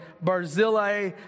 Barzillai